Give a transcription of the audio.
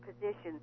positions